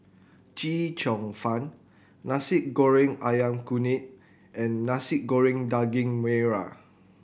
Chee Cheong Fun Nasi Goreng Ayam Kunyit and Nasi Goreng Daging Merah